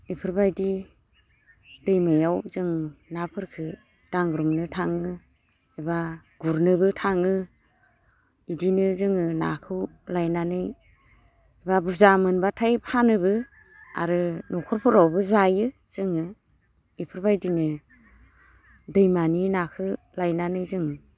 एफोरबायदि दैमायाव जों नाफोरखो दांग्रोमनो थाङो एबा गुरनोबो थाङो इदिनो जोङो नाखौ लायनानै बा बुरजा मोनब्लाथाय फानोबो आरो न'खरफोरावबो जायो जोङो एफोरबायदिनो दैमानि नाखो लायनानै जों